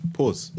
Pause